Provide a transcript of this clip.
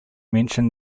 mention